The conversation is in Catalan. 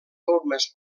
formes